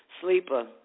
Sleeper